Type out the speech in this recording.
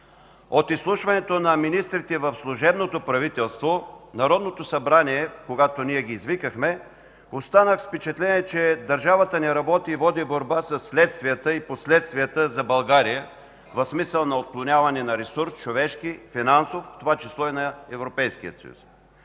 От изслушването на министрите в служебното правителство в Народното събрание, когато ние ги извикахме, останах с впечатление, че държавата не работи и води борба със следствията и последствията за България, в смисъл на отклоняване на ресурс – човешки, финансов, в това число и на Европейския съюз.